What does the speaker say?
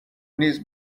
نیز